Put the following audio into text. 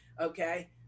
Okay